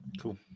Cool